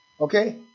Okay